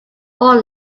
all